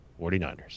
49ers